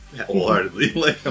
wholeheartedly